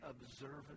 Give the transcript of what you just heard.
observant